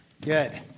good